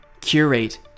curate